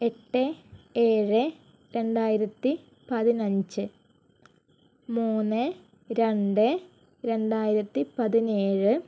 എട്ട് ഏഴ് രണ്ടായിരത്തിപ്പതിനഞ്ച് മൂന്ന് രണ്ട് രണ്ടായിരത്തിപ്പതിനേഴ്